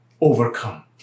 overcome